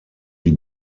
die